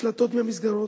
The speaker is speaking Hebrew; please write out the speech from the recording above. נפלטות מהמסגרות,